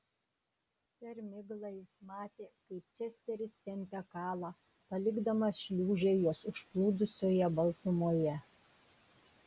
per miglą jis matė kaip česteris tempia kalą palikdamas šliūžę juos užplūdusioje baltumoje